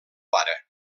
pare